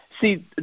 see